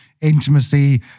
intimacy